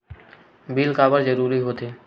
Bill काबर जरूरी होथे?